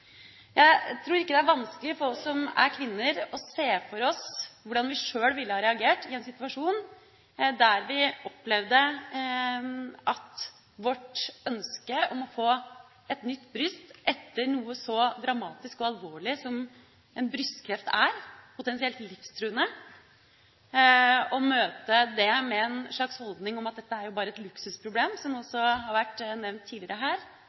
Jeg tror ikke det er vanskelig for oss som er kvinner, å se for oss hvordan vi sjøl ville ha reagert i en situasjon der vi opplevde at vårt ønske om å få et nytt bryst etter noe så dramatisk og alvorlig som en brystkreft er – potensielt livstruende – å møte det med en slags holdning om at dette er jo bare et luksusproblem, som også har vært nevnt tidligere her.